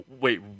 wait